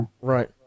right